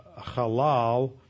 halal